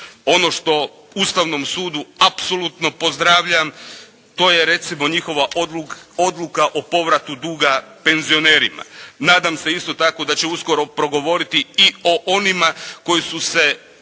Ono što u Ustavnom sudu apsolutno pozdravljam to je recimo njihova odluka o povratu duga penzionerima. Nadam se isto tako da će uskoro progovoriti i o onima koji su se